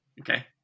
Okay